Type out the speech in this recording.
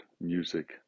music